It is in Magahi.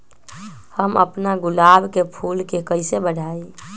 हम अपना गुलाब के फूल के कईसे बढ़ाई?